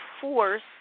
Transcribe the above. force